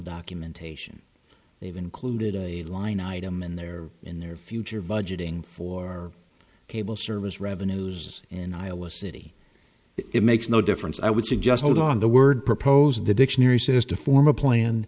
documentation they've included a line item in their in their future budgeting for cable service revenues in iowa city it makes no difference i would suggest hold on the word proposed the dictionary says to form a plan